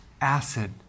acid